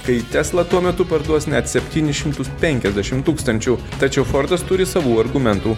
kai tesla tuo metu parduos net septynis šimtus penkiasdešim tūkstančių tačiau fordas turi savų argumentų